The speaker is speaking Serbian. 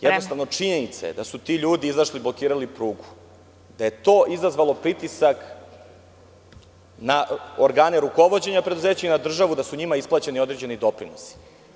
Jednostavno, činjenica je da su ti ljudi izašli i blokirali prugu, da je to izazvalo pritisak na organe rukovođenja preduzeća i na državu i da su njima isplaćeni određeni doprinosi.